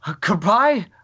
goodbye